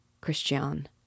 Christian